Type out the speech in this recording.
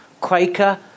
Quaker